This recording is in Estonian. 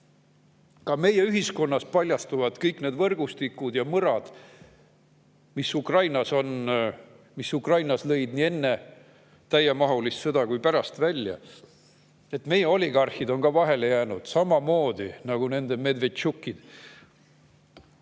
Ka meie ühiskonnas paljastuvad kõik need võrgustikud ja mõrad, mis Ukrainas on, mis Ukrainas lõid välja nii enne täiemahulist sõda kui ka pärast selle algust. Meie oligarhid on ka vahele jäänud, samamoodi nagu nende Medvedtšukid.